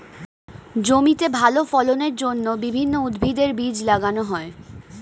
জমিতে ভালো ফলনের জন্য বিভিন্ন উদ্ভিদের বীজ লাগানো হয়